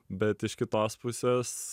bet iš kitos pusės